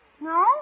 No